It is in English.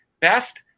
best